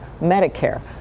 Medicare